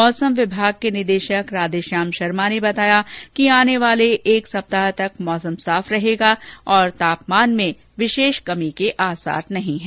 मौसम विभाग के निदेशक राधेश्याम शर्मा ने बताया कि आने वाले एक सप्ताह तक मौसम साफ रहेगा और तापमान में विशेष कमी के आसार नहीं है